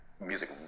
music